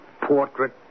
portrait